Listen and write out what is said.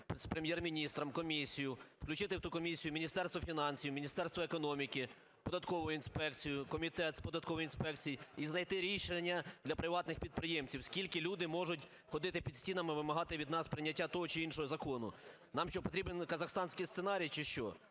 з Прем'єр-міністром комісію, включити в ту комісію Міністерство фінансів, Міністерство економіки, Податкову інспекцію, Комітет з податкової інспекції і знайти рішення для приватних підприємців. Скільки люди можуть ходити під стінами вимагати від нас того чи іншого закону? Нам що, потрібен казахстанський сценарій, чи що?